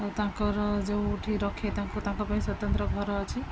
ଆଉ ତାଙ୍କର ଯେଉଁଠି ରଖେ ତାଙ୍କୁ ତାଙ୍କ ପାଇଁ ସ୍ୱତନ୍ତ୍ର ଘର ଅଛି